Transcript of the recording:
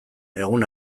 egun